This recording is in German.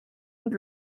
und